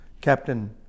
captain